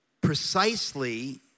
precisely